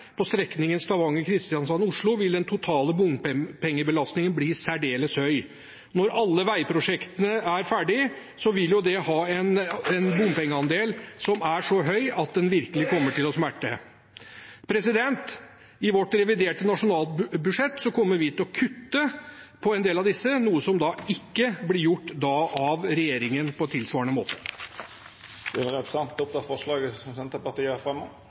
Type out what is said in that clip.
På strekningen Stavanger–Kristiansand–Oslo vil den totale bompengebelastningen bli særdeles høy. Når alle veiprosjektene er ferdige, vil det være en bompengeandel som er så stor at det virkelig kommer til å smerte. I vårt reviderte nasjonalbudsjett kommer vi til å kutte på en del av disse – noe som ikke blir gjort av regjeringen på tilsvarende måte. Jeg tar til slutt opp forslag nr. 3, fra Senterpartiet. Då har representanten Bengt Fasteraune teke opp forslaget frå Senterpartiet.